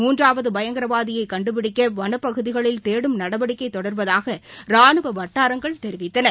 மூன்றாவதுபயங்கரவாதியைகண்டுபிடிக்கவனப்பகுதிகளில் தேடும் நடவடிக்கைதொடர்வதாகராணுவவட்டாரங்கள் தெரிவித்தன